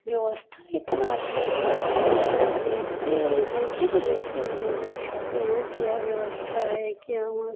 व्यवस्था इतना अच्छा था कि हम लोग देखते देखे तो देखते ही रहे गए कि हाँ क्या व्यवस्था है क्या वहाँ की